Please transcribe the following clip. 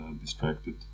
distracted